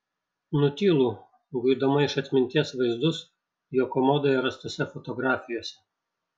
nutylu guidama iš atminties vaizdus jo komodoje rastose fotografijose